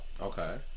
Okay